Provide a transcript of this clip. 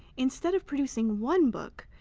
instead of producing one book,